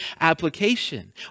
application